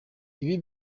ibi